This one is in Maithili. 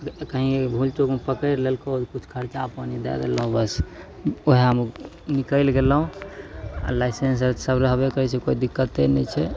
कहीँ भूलचूकमे पकड़ि लेलकौ किछु खरचा पानी दै देलहुँ बस ओहेमे निकलि गेलहुँ आओर लाइसेन्स सब रहबे करै छै कोइ दिक्कते नहि छै